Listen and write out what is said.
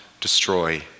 destroy